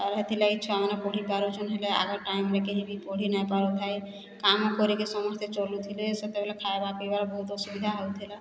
ଆର୍ ହେତି ଲାଗି ଛୁଆମାନେ ପଢ଼ି ପାରୁଛନ୍ ହେଲେ ଆଗ ଟାଇମ୍ରେ କେହି ବି ପଢ଼ି ନା ପାରି ଥାଏ କାମ କରିକି ସମସ୍ତେ ଚଳୁଥିଲେ ସେତେବେଳେ ଖାଇବା ପିଇବାର ବହୁତ ଅସୁବିଧା ହଉଥିଲା